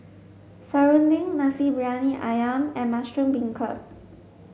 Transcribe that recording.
Serunding Nasi Briyani Ayam and mushroom beancurd